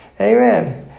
Amen